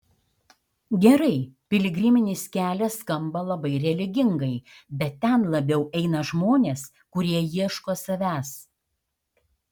gerai piligriminis kelias skamba labai religingai bet ten labiau eina žmonės kurie ieško savęs